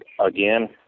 again